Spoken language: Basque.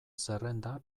zerrenda